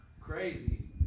Crazy